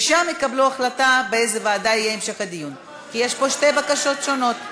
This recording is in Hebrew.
ושם יקבלו החלטה באיזו ועדה יהיה המשך הדיון כי יש פה שתי בקשות שונות.